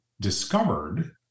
discovered